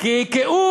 קעקעו